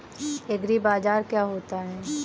एग्रीबाजार क्या होता है?